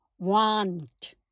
Want